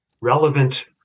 relevant